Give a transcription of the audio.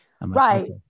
Right